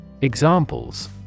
Examples